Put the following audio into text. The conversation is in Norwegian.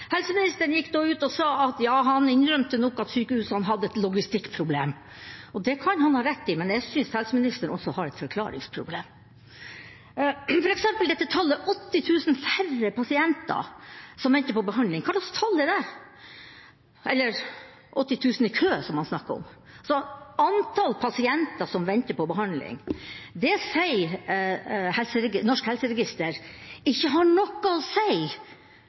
Helseministeren gikk da ut og innrømte at sykehusene nok hadde et logistikkproblem. Det kan han ha rett i, men jeg synes helseministeren også har et forklaringsproblem. For eksempel tallet 80 000 færre pasienter som venter på behandling, hva slags tall er det – eller 80 000 i kø, som han snakker om? Antall pasienter som venter på behandling, sier Norsk pasientregister ikke har noe